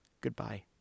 Goodbye